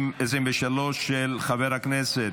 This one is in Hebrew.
של חבר הכנסת